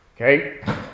Okay